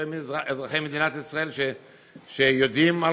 לתושבי אזרחי מדינת ישראל שיודעים על